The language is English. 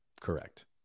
Correct